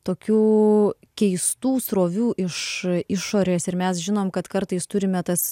tokių keistų srovių iš išorės ir mes žinom kad kartais turime tas